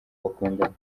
bakundana